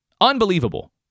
Unbelievable